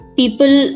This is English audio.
people